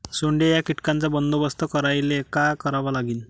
सोंडे या कीटकांचा बंदोबस्त करायले का करावं लागीन?